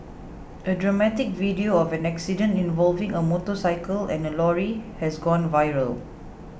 a dramatic video of an accident involving a motorcycle and a lorry has gone viral